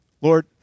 Lord